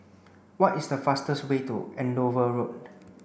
what is the fastest way to Andover Road